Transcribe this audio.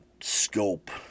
scope